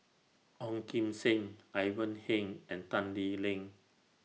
Ong Kim Seng Ivan Heng and Tan Lee Leng